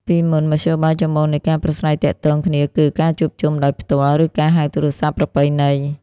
ពីមុន មធ្យោបាយចម្បងនៃការប្រាស្រ័យទាក់ទងគ្នាគឺ ការជួបជុំដោយផ្ទាល់ ឬ ការហៅទូរស័ព្ទប្រពៃណី។